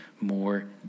more